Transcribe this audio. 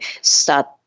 start